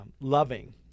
loving